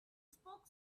spoke